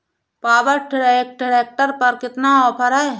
Power track tractor पर कितना offer है?